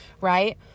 right